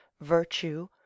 virtue